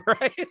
Right